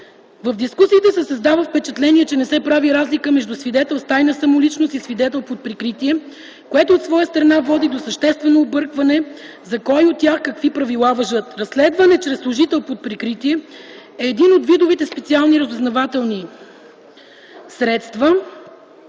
В дискусиите се създава впечатлението, че не се прави разлика между „свидетел с тайна самоличност” и „служител под прикритие”, което от своя страна води до съществено объркване за кой от тях какви правила важат. Разследване чрез служител под прикритие е един от видовете СРС. Специфичната